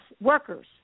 workers